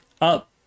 up